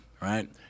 right